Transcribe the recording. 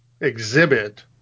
exhibit